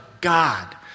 God